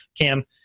Cam